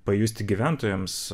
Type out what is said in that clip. pajusti gyventojams